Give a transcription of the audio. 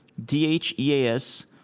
dheas